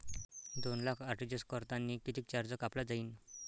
दोन लाख आर.टी.जी.एस करतांनी कितीक चार्ज कापला जाईन?